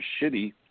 shitty